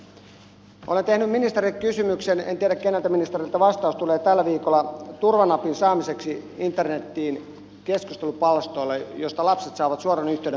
olen tällä viikolla tehnyt ministereille kysymyksen en tiedä keneltä ministeriltä vastaus tulee turvanapin saamiseksi internetiin keskustelupalstoille josta lapset saavat suoran yhteyden poliisiin